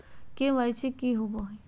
KYC की होबो है?